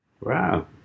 Wow